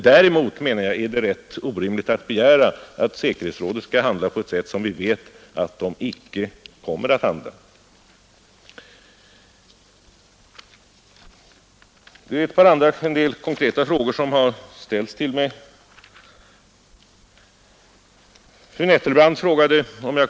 Däremot menar jag att det inte gagnar saken att formellt föreslå att säkerhetsrådet skall handla på ett sätt som vi vet att rådet inte kommer att handla på. Sedan är det ett par konkreta frågor som ställts till mig och som jag vill försöka svara på.